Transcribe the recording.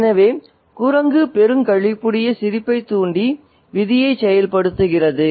எனவே குரங்கு பெருங்களிப்புடைய சிரிப்பைத் தூண்டி விதியைச் செயல்படுத்துகிறது